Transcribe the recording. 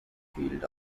field